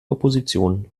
opposition